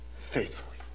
faithfully